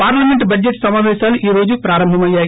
parliament budget సమాపేశాలు ఈ రోజు ప్రారంభమయ్యాయి